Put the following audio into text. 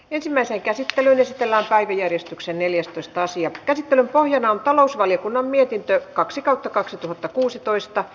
ensimmäiseen käsittelyyn esitellään päiväjärjestyksen neljästoista sija käsittelyn pohjana on talousvaliokunnan mietintöä kaksi kautta kaksituhattakuusitoista